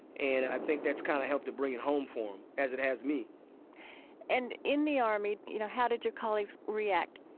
and i think that's kind of helped to bring it home for them, as it has me and in the army, you know, how did your colleagues react?